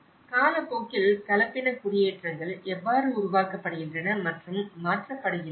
காலப்போக்கில் கலப்பின குடியேற்றங்கள் எவ்வாறு உருவாக்கப்படுகின்றன மற்றும் மாற்றப்படுகின்றன